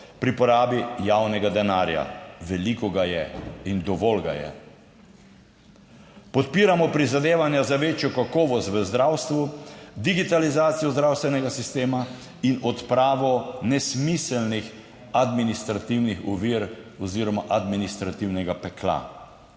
pri porabi javnega denarja: veliko ga je in dovolj ga je. Podpiramo prizadevanja za večjo kakovost v zdravstvu, digitalizacijo zdravstvenega sistema in odpravo nesmiselnih administrativnih ovir oziroma administrativnega pekla.